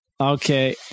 Okay